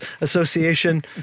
Association